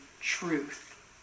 truth